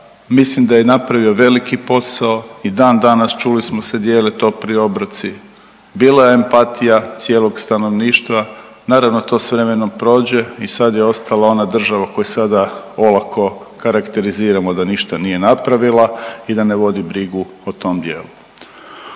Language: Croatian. mislim da je napravio veliki posao. I dan danas čuli smo se dijele topli obroci, bila je empatija cijelog stanovništva, naravno to s vremenom prođe i sad je ostala ona država o kojoj sada olako karakteriziramo da ništa nije napravila i da ne vodi brigu o tom dijelu.